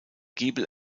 giebel